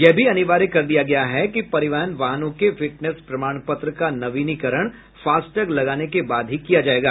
यह भी अनिवार्य कर दिया गया है कि परिवहन वाहनों के फिटनेस प्रमाणपत्र का नवीनीकरण फास्टैग लगाने के बाद ही किया जाएगा